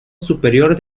superior